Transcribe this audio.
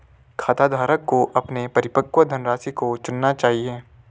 खाताधारक को अपने परिपक्व धनराशि को चुनना चाहिए